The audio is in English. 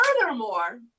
furthermore